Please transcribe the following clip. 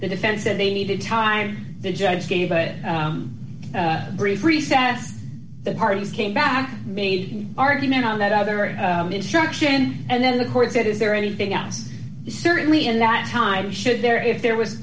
the defense said they needed time the judge gave it a brief recess the parties came back made argument on that other instruction and then the court said is there anything else certainly in that time should there if there was